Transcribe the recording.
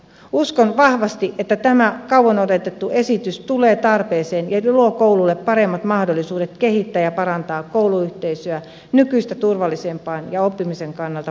uskon vahvasti että tämä kauan odotettu esitys tulee tarpeeseen ja luo kouluille paremmat mahdollisuudet kehittää ja parantaa kouluyhteisöä nykyistä turvallisempaan ja oppimisen kannalta parempaan suuntaan